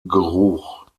geruch